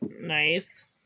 Nice